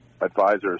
advisors